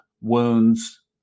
wounds